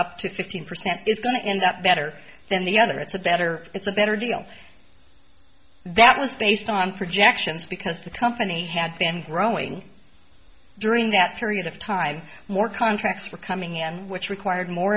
fifteen percent is going to end up better than the other it's a better it's a better deal that was based on projections because the company had been throwing during that period of time more contracts were coming in which required more